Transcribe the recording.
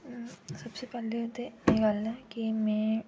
सबसे पैह्ले ते एह् गल्ल ऐ की में